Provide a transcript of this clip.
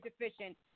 deficient